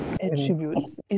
Attributes